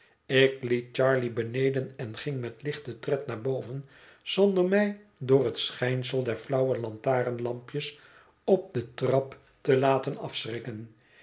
ik liet charley beneden en ging met lichten tred naar boven zonder mij door het schijnsel der flauwe lantarenlampjes op de trap te laten